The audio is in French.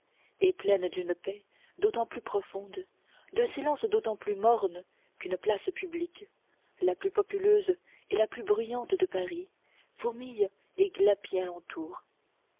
et pleine d'une paix d'autant plus profonde d'un silence d'autant plus morne qu'une place publique la plus populeuse et la plus bruyante de paris fourmille et